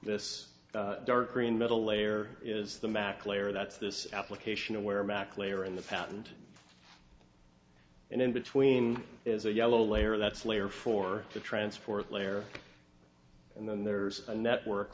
this dark green middle layer is the mac layer that's this application where mac layer in the patent and in between is a yellow layer that's layer for the transport layer and then there's a network